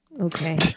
okay